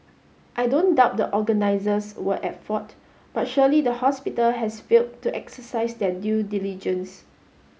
I don't doubt the organisers were at fault but surely the hospital has failed to exercise their due diligence